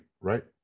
right